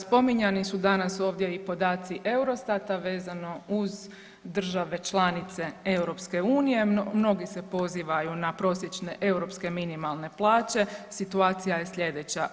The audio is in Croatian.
Spominjani su danas ovdje i podaci Eurostata vezano uz države članice EU, mnogi se pozivaju na prosječne europske minimalne plaće, situacija je slijedeća.